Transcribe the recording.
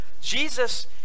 Jesus